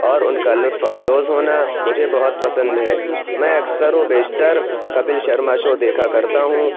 اور اُن کا لُطف اندوز ہونا مجھے بہت پسند ہے میں اکثر و بیشتر کپل شرما شو دیکھا کرتا ہوں